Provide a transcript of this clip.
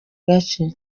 gace